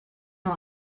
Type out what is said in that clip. nur